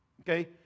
Okay